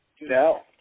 No